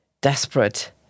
desperate